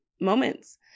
moments